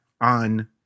on